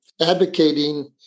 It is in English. advocating